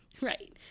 Right